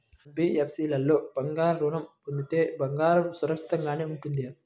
NBFC లో బంగారు ఋణం పొందితే బంగారం సురక్షితంగానే ఉంటుందా?